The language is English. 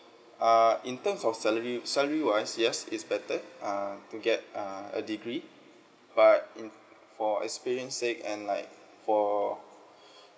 err in terms of salary salary wise yes it's better uh to get err a degree but in for experience sake and like for